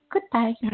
Goodbye